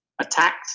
attacked